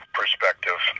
perspective